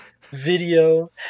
Video